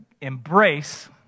embrace